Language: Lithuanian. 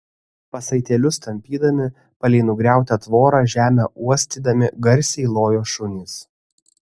pasaitėlius tampydami palei nugriautą tvorą žemę uostydami garsiai lojo šunys